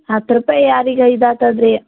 ಹತ್ತು ರೂಪಾಯಿ ಯಾರಿಗೆ ಇದಾತದ ರೀ